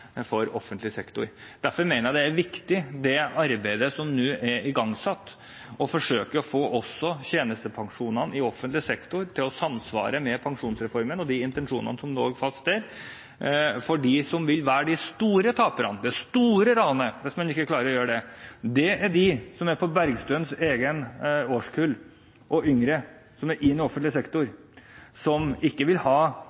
for offentlig sektor. Derfor mener jeg det er viktig det arbeidet som nå er igangsatt for å forsøke å få tjenestepensjonene i offentlig sektor til å samsvare med pensjonsreformen og de intensjonene som lå fast der. For de som vil være de store taperne – ofre for det store ranet – hvis man ikke klarer å gjøre det, er de som tilhører Bergstøs eget årskull, og yngre, som er i offentlig sektor, og som ikke vil ha